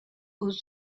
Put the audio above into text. aux